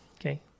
okay